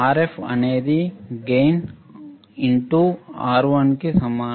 Rf అనేది gain into R1 కీ సమానం